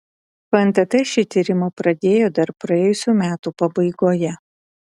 fntt šį tyrimą pradėjo dar praėjusių metų pabaigoje